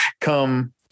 come